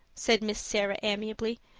said miss sarah amiably.